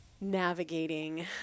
navigating